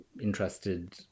interested